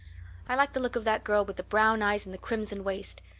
i like the look of that girl with the brown eyes and the crimson waist.